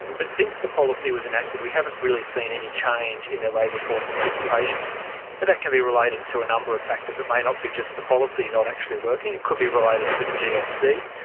but since the policy was enacted we haven't really seen any change in the labour force participation, and that can be related to a number of factors, it may not be just the policy not actually working, it could be related to the gfc,